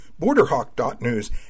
Borderhawk.news